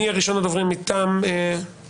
מי ראשון הדוברים מטעם הממלכה?